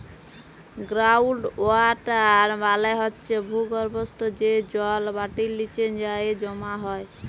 ground water মালে হছে ভূগর্ভস্থ যে জল মাটির লিচে যাঁয়ে জমা হয়